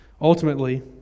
Ultimately